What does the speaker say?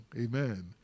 Amen